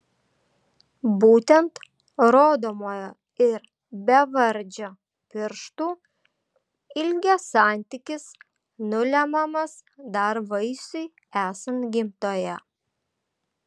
būtent rodomojo ir bevardžio pirštų ilgio santykis nulemiamas dar vaisiui esant gimdoje